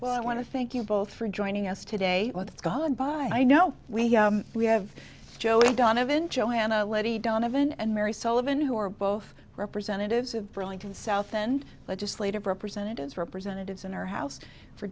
well i want to thank you both for joining us today with god by know we have joel donovan joanna levy donovan and mary sullivan who are both representatives of burlington southend legislative representatives representatives in our house for